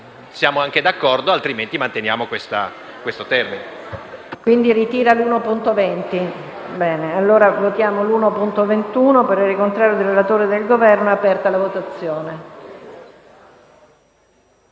siamo d'accordo; altrimenti manteniamo questo termine.